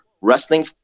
wrestling